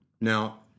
Now